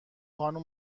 خانم